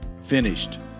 finished